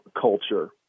culture